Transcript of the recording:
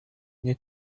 need